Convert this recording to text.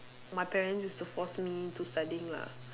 my parents used to force me to studying lah